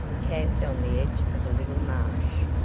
camped on the edge of a little marsh,